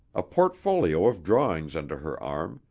a portfolio of drawings under her arm,